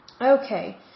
Okay